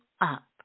up